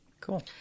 Cool